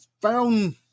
found